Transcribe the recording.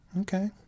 Okay